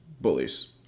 bullies